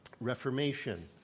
Reformation